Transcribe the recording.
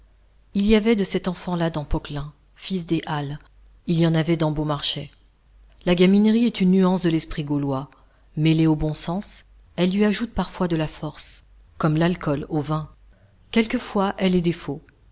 il y avait de cet enfant-là dans poquelin fils des halles il y en avait dans beaumarchais la gaminerie est une nuance de l'esprit gaulois mêlée au bon sens elle lui ajoute parfois de la force comme l'alcool au vin quelquefois elle est défaut